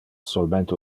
solmente